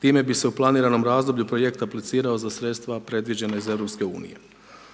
Time bi se u planiranom razdoblju projekt aplicirao za sredstva predviđena iz EU. Također